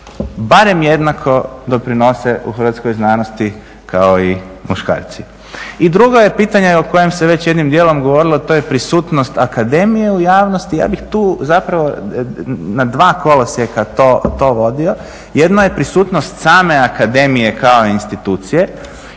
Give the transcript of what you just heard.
barem jednako doprinose u hrvatskoj znanosti kao i muškarci. I drugo je pitanje o kojem se već jednim dijelom govorilo, to je prisutnost akademije u javnosti. Ja bih tu zapravo na dva kolosijeka to vodio. Jedno je prisutnost same akademije kao institucije.